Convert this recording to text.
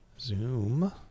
zoom